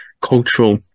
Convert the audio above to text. cultural